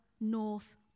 North